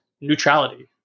neutrality